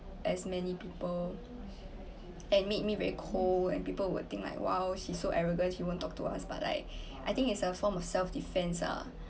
as many people and made me very cold and people would think like !wow! she so arrogant she won't talk to us but like I think it's a form of self defence ah